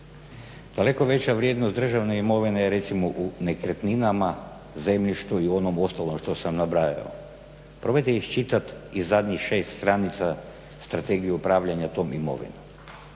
Daleko veća vrijednost državne imovine je recimo u nekretninama, zemljištu i onom ostalom što sam nabrajao. Probajte iščitati i zadnjih 6 stranica Strategije upravljanja tom imovinom.